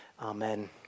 Amen